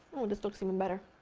oh this looks even better!